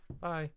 Bye